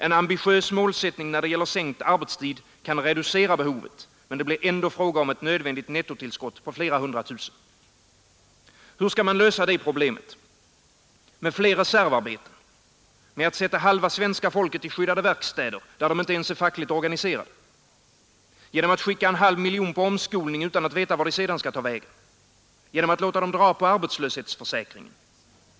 En ambitiös målsättning när det gäller sänkt arbetstid kan reducera behovet, men det blir ändå fråga om ett nödvändigt nettotillskott på flera hundra tusen. Hur skall man lösa det problemet? Med fler reservarbeten? Med att sätta halva svenska folket i skyddade verkstäder, där arbetarna inte ens är fackligt organiserade? Genom att skicka en halv miljon på omskolning utan att veta vart de sedan skall ta vägen? Genom att låta dem dra på arbetslöshetsförsäkringen?